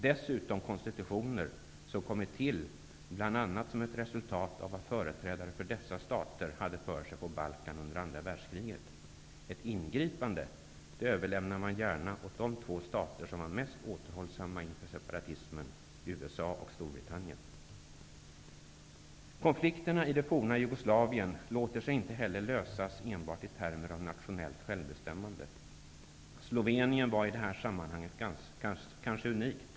Dessutom är det fråga om konstitutioner som har kommit till bl.a. som ett resultat av vad företrädare för dessa stater hade för sig på Balkan under andra världskriget. Ett ingripande överlämnas gärna åt de två stater som var mest återhållsamma inför frågorna om separatism, nämligen USA och Storbritannien. Konflikterna i det forna Jugoslavien låter sig inte heller lösas enbart i termer av nationellt självbestämmande. Slovenien var i det här sammanhanget kanske unikt.